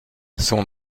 son